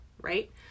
right